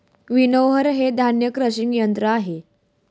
winnower हे धान्य crushing यंत्र आहे